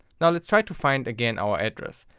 now let's try to find again our address.